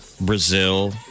Brazil